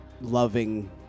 loving